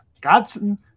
Godson